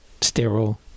sterile